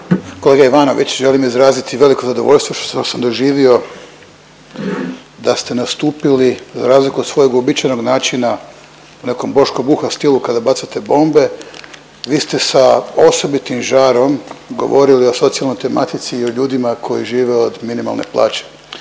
Kolega Ivanović, želim izraziti veliko zadovoljstvo što sam od vas doživio da ste nastupili, za razliku od svog uobičajenog načina, ovako Boško Buha stilu kada bacate bombe, vi ste sa osobitim žarom govorili o socijalnoj tematici i o ljudima koji žive od minimalne plaće